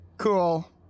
Cool